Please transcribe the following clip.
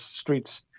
streets